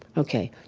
ok.